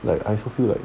like I also feel like